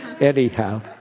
anyhow